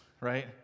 right